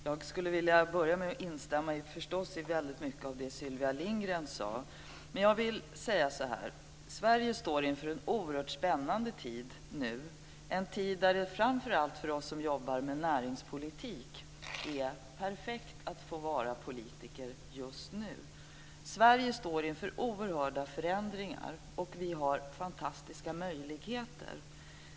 Fru talman! Jag vill börja med att instämma i väldigt mycket av det som Sylvia Lindgren sade. Sverige står inför en oerhört spännande tid. Det är en tid när det framför allt för oss som jobbar med näringspolitik är perfekt att få vara politiker. Sverige står inför oerhörda förändringar, och vi har fantastiska möjligheter.